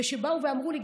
וכשבאו ואמרו לי,